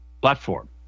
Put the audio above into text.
platform